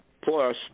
plus